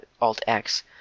Alt-X